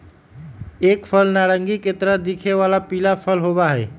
एक फल नारंगी के तरह दिखे वाला पीला फल होबा हई